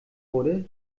wurde